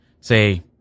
say